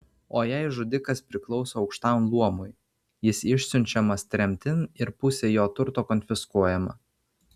o jei žudikas priklauso aukštam luomui jis išsiunčiamas tremtin ir pusė jo turto konfiskuojama